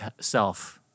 self